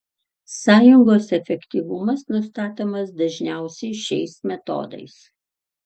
sąjungos efektyvumas nustatomas dažniausiai šiais metodais